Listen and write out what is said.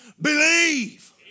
Believe